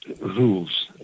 rules